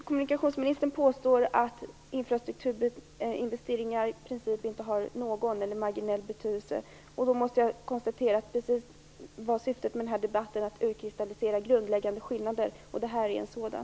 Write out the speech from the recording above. Kommunikationsministern påstår att infrastrukturinvesteringar i princip inte har någon, eller bara marginell, betydelse. Då måste jag konstatera att syftet med den här debatten var just att utkristallisera grundläggande skillnader. Det här är en sådan.